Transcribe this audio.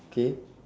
K